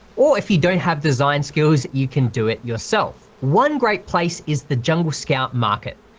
or if you don't have design skills you can do it yourself. one great place is the jungle scout market,